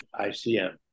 ICM